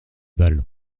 balles